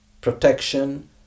protection